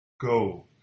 go